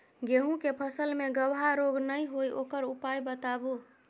गेहूँ के फसल मे गबहा रोग नय होय ओकर उपाय बताबू?